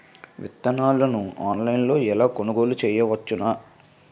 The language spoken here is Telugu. విత్తనాలను ఆన్లైన్లో ఎలా కొనుగోలు చేయవచ్చున?